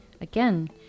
again